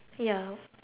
ya